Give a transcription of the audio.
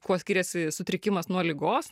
kuo skiriasi sutrikimas nuo ligos